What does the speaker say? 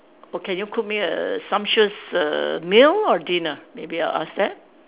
or can you cook me a scrumptious err meal or dinner maybe I'll accept